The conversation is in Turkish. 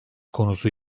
konusu